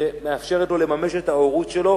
ומאפשרת לו לממש את ההורות שלו.